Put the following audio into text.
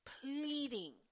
pleading